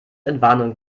entwarnung